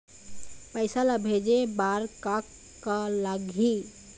पैसा ला भेजे बार का का लगही?